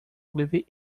ogilvy